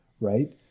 right